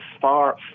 far